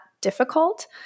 difficult